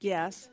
Yes